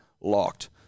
Locked